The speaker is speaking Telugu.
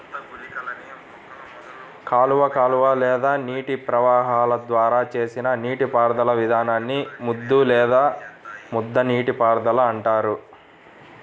కాలువ కాలువ లేదా నీటి ప్రవాహాల ద్వారా చేసిన నీటిపారుదల విధానాన్ని ముద్దు లేదా ముద్ద నీటిపారుదల అంటారు